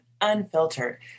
Unfiltered